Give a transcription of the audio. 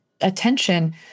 attention